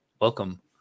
welcome